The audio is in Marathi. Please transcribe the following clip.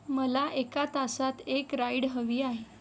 मला एका तासात एक राईड हवी आहे